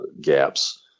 gaps